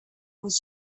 was